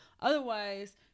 Otherwise